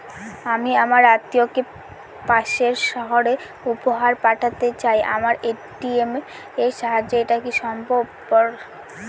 আমি আমার আত্মিয়কে পাশের সহরে উপহার পাঠাতে চাই আমার এ.টি.এম এর সাহায্যে এটাকি সম্ভবপর?